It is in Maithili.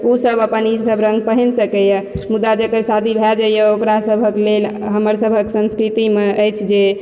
उसब अपन ई सब रङ्ग पहिन सकइए मुदा जकर शादी भए जाइ यऽ ओकरा सबहक लेल हमर सबहक संस्कृतिमे अछि जे